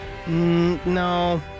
No